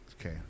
Okay